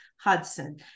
Hudson